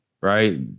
right